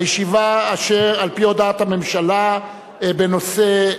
הודעת הממשלה בנושא: